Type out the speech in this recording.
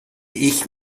ich